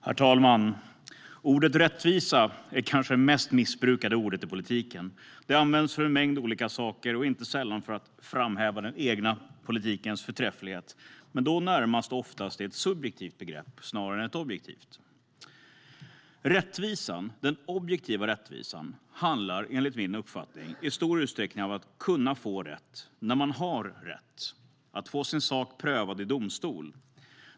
Herr talman! Ordet rättvisa är kanske det mest missbrukade ordet i politiken. Det används för en mängd olika saker och inte sällan för att framhäva den egna politikens förträfflighet, men då närmast och oftast som ett subjektivt begrepp snarare än ett objektivt. Rättvisan - den objektiva rättvisan - handlar enligt min uppfattning i stor utsträckning om att kunna få rätt när man har rätt, att få sin sak prövad i domstol.